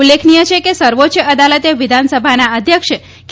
ઉલ્લેખનિય છે કે સર્વોચ્ય અદાલતે વિધાનસભાના અધ્યક્ષ કે